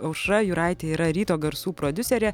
aušra juraitė yra ryto garsų prodiuserė